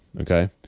Okay